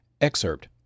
Excerpt